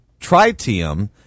tritium